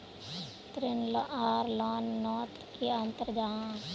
ऋण आर लोन नोत की अंतर जाहा?